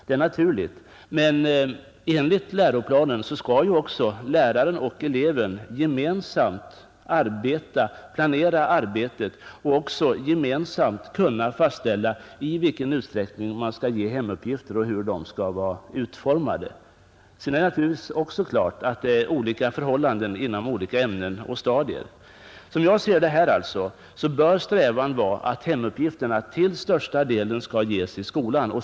Det är naturligt, men enligt läroplanen skall också läraren och eleven gemensamt planera arbetet och dit kan också hemuppgifterna höra. Sedan är det naturligtvis också klart att det råder olika förhållanden inom olika ämnen och stadier. Såsom jag ser detta bör strävan vara att hemuppgifterna till största delen skall ges i skolan.